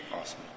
awesome